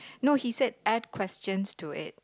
no he said add questions to it